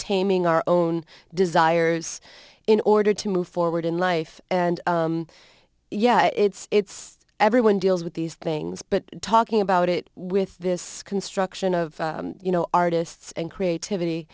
taming our own desires in order to move forward in life and yeah it's everyone deals with these things but talking about it with this construction of you know artists and creativity